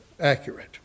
accurate